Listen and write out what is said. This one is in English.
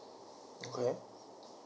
okay